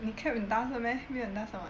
你 clap 很大声 meh 没有很大声 [what]